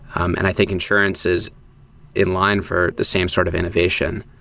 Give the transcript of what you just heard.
um and i think insurance is in line for the same sort of innovation.